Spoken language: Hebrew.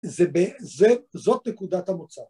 זה ב.. זה.. זאת נקודת המוצא.